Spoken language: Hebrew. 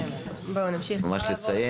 בבקשה.